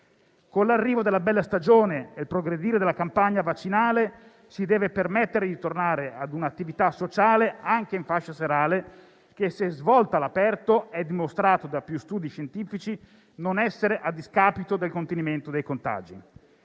Con l'arrivo della bella stagione e il progredire della campagna vaccinale si deve permettere di tornare a un'attività sociale, anche in fascia serale, che, se svolta all'aperto - come dimostrato da più studi scientifici - non è a discapito del contenimento dei contagi.